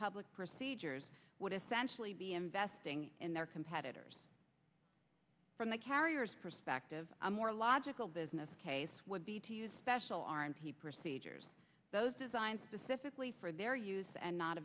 public procedures would essentially be investing in their competitors from the carriers perspective a more logical business case would be to use special r and p procedures those designed specifically for their use and not